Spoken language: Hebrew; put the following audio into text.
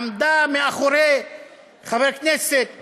עמדה מאחורי חבר כנסת בולט,